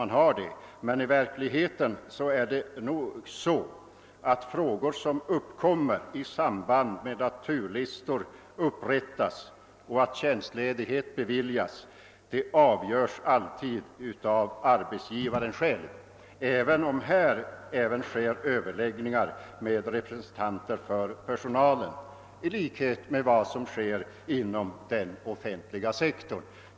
Men i verkligheten är det nog så att frågor som uppkommer i samband med att turlistor upprättas och tjänstledighet beviljas alltid avgörs av arbetsgivaren själv, även om överlägg ningar tas upp med representanter för personalen i likhet med vad som sker inom den offentliga sektorn.